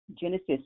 Genesis